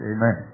Amen